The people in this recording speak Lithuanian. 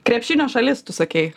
krepšinio šalis tu sakei